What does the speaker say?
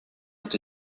ont